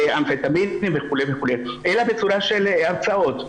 --- וכולי וכולי, אלא בצורה של הרצאות.